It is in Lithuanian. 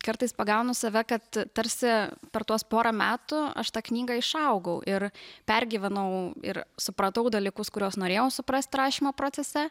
kartais pagaunu save kad tarsi per tuos porą metų aš tą knygą išaugau ir pergyvenau ir supratau dalykus kuriuos norėjau suprast rašymo procese